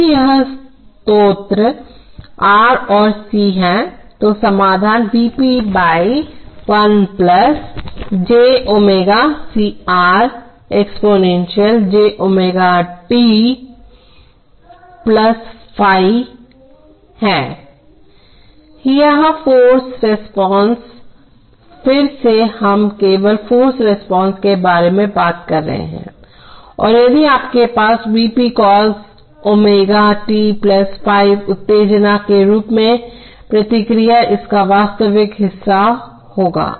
यदि यह स्रोत R और C है तो समाधान V p 1 j ω c R exponential j ω t ϕ है यह फाॅर्स रिस्पांस फिर से हम केवल फाॅर्स रिस्पांस के बारे में बात कर रहे हैं और यदि आपके पास V p cos ω t ϕ उत्तेजना के रूप में प्रतिक्रिया इसका वास्तविक हिस्सा होगी